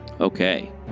Okay